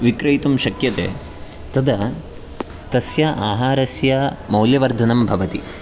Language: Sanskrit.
विक्रेतुं शक्यते तदा तस्य आहारस्य मौल्यवर्धनं भवति